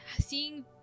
seeing